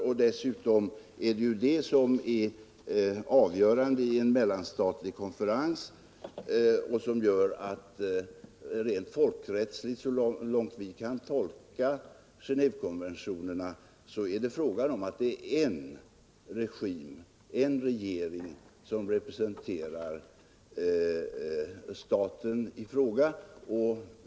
Det som dessutom rent folkrättsligt är avgörande vid en mellanstatlig konferens, så långt vi kan tolka Genévekonventionerna, är att det är en regim, en regering som representerar staten i fråga.